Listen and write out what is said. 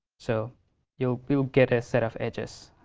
so you'll you'll get a set of edges.